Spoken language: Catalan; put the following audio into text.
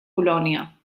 polònia